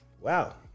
Wow